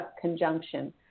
conjunction